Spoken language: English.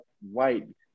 white